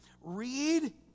read